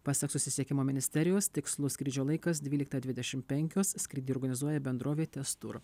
pasak susisiekimo ministerijos tikslus skrydžio laikas dvylikta dvidešim penkios skrydį organizuoja bendrovė tez tour